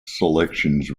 selections